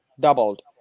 doubled